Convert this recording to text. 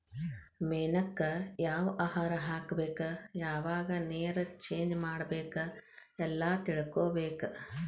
ಮೇನಕ್ಕ ಯಾವ ಆಹಾರಾ ಹಾಕ್ಬೇಕ ಯಾವಾಗ ನೇರ ಚೇಂಜ್ ಮಾಡಬೇಕ ಎಲ್ಲಾ ತಿಳಕೊಬೇಕ